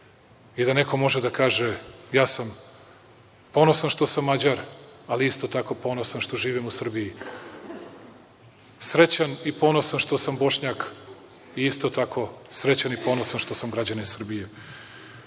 i da neko može da kaže – ja sam ponosan što sam Mađar, ali isto tako ponosan što živim u Srbiji. Srećan i ponosan što sam Bošnjak i isto tako srećan i ponosan što sam građanin Srbije. Kao